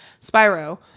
Spyro